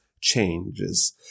changes